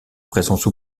présence